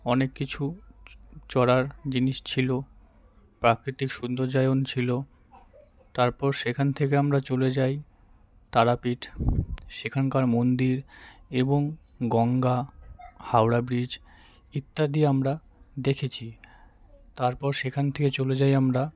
অনেক কিছু চড়ার জিনিস ছিল প্রাকৃতিক সৌন্দর্যায়ন ছিল তারপর সেখান থেকে আমরা চলে যাই তারাপীঠ সেখানকার মন্দির এবং গঙ্গা হাওড়া ব্রিজ ইত্যাদি আমরা দেখেছি তারপর সেখান থেকে চলে যাই আমরা